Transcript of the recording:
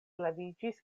leviĝis